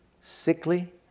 sickly